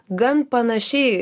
gan panašiai